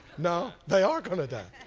no, they are going to die.